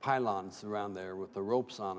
pylons around there with the ropes on